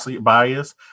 bias